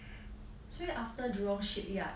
so ya after jurong shipyard